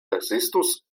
ekzistus